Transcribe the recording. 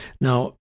Now